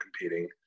competing